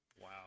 Wow